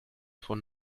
von